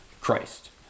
Christ